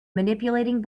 manipulating